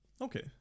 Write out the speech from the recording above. Okay